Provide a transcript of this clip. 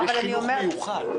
יש חינוך מיוחד.